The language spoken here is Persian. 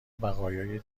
بقایای